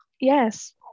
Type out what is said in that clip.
Yes